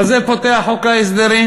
בזה פותח חוק ההסדרים.